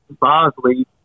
Bosley